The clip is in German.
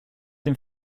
dem